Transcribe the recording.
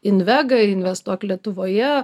invega ir investuok lietuvoje